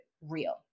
real